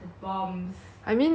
that time we remember that time 我们去